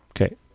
Okay